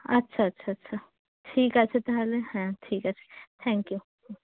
আচ্ছা আচ্ছা আচ্ছা ঠিক আছে তাহলে হ্যাঁ ঠিক আছে থ্যাঙ্কইউ হুম